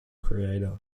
creator